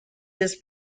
his